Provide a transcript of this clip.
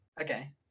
okay